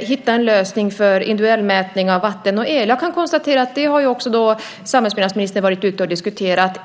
hitta en lösning för individuell mätning av vatten och el? Det här har ju också samhällsbyggnadsministern varit ute och diskuterat.